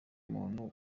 muntu